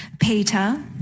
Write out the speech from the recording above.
Peter